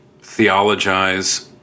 theologize